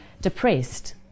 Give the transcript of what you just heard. depressed